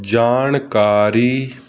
ਜਾਣਕਾਰੀ